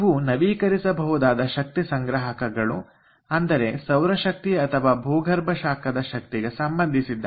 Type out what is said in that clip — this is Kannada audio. ಇವು ನವೀಕರಿಸಬಹುದಾದ ಶಕ್ತಿ ಸಂಗ್ರಹಕಗಳು ಅಂದರೆ ಸೌರಶಕ್ತಿ ಅಥವಾ ಭೂಗರ್ಭ ಶಾಖದ ಶಕ್ತಿಗೆ ಸಂಬಂಧಿಸಿದ್ದಾಗಿದೆ